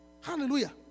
Hallelujah